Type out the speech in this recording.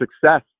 success